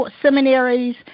seminaries